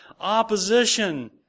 opposition